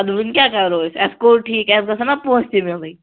اَدٕ وُنہِ کیٛاہ کَرو أسۍ اَسہِ کوٚر ٹھیٖک اَسہِ گژھن نا پونٛسہٕ تہِ میلٕنۍ